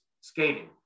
skating